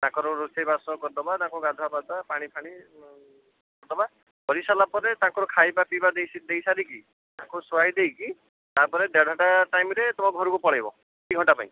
ତାଙ୍କର ରୋଷେଇବାସ କରି ଦେବା ତାଙ୍କ ଗାଧୁଆ ପାଧୁଆ ପାଣି ଫାଣି ଦେବା କରି ସାରିଲା ପରେ ତାଙ୍କ ଖାଇବା ପିଇବା ଦେଇ ସାରିକି ତାଙ୍କୁ ଶୁଆଇ ଦେଇକି ତା'ପରେ ଦେଢ଼ଟା ଟାଇମ୍ରେ ତୁମ ଘରକୁ ପଳାଇବ ଦୁଇ ଘଣ୍ଟା ପାଇଁ